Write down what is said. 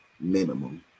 minimum